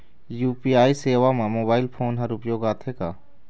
UPI सेवा म mobile phone हर उपयोग आथे का?